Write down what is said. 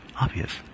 obvious